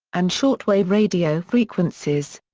and shortwave radio frequencies.